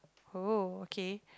oh okay